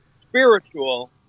spiritual